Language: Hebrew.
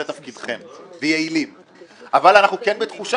וזה תפקידכם אבל אנחנו כן בתחושה